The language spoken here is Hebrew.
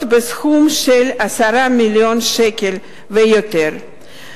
בסכום של 10 מיליון שקלים חדשים ויותר.